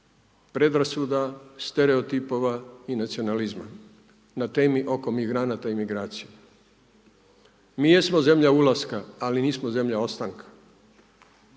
predrasuda, stereotipova i nacionalizma ne temi oko migranata i migracija. Mi jesmo zemlja ulaska ali nismo zemlja ostanka.